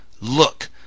Look